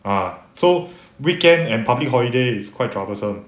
uh so weekend and public holiday is quite troublesome